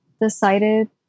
decided